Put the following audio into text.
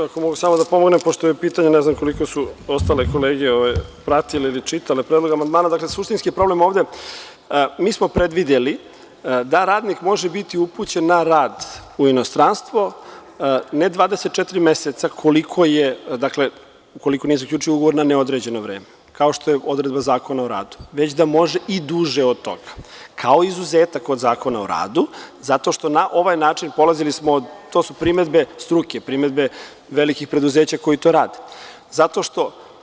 Ako mogu samo da pomognem, ne znam koliko su ostale kolege pratile ili čitale, predlog amandmana, dakle suštinski je problem ovde, mi smo ovde predvideli da radnik može biti upućen na rad u inostranstvo ne 24 meseca, ukoliko nije zaključio ugovor na neodređeno vreme, kao što je odredba Zakona o radu, već da može i duže od toga, kao izuzetak od Zakona o radu, zato što na ovaj način polazili smo, to su primedbe struke, primedbe velikih preduzeća koji to rade, zato što.